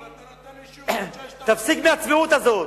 לא, אבל אתה נותן אישור תפסיק עם הצביעות הזאת.